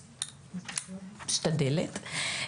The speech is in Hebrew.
משתדלת,